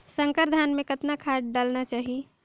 संकर धान मे कतना खाद डालना चाही?